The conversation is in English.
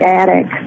attic